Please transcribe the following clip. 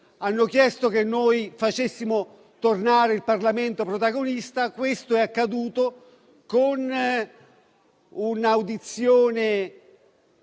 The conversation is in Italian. hanno chiesto di far tornare il Parlamento protagonista: questo è accaduto con un'audizione